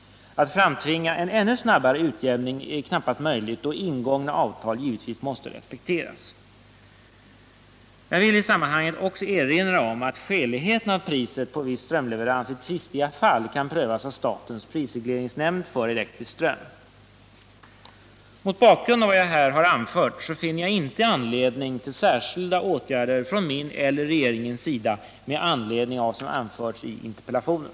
Att framtvinga en ännu snabbare utjämning är ej möjligt då ingångna avtal givetvis måste respekteras. Jag vill i sammanhanget också erinra om att skäligheten av priset på viss strömleverans i tvistiga fall kan prövas av statens prisregleringsnämnd för elektrisk ström. Mot bakgrund av vad jag här har anfört finner jag inte anledning till särskilda åtgärder från min eller regeringens sida med anledning av vad som anförts i interpellationen.